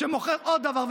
שמוכר עוד דבר,